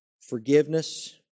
Forgiveness